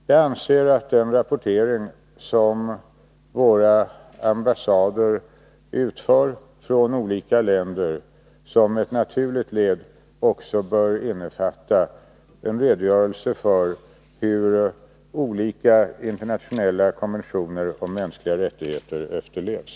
Jag anser att den rapportering som våra ambassader utför från olika länder som ett naturligt led också bör innefatta en redogörelse för hur olika internationella konventioner om mänskliga rättigheter efterlevs.